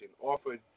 offered